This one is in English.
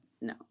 no